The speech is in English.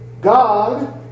God